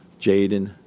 Jaden